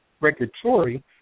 regulatory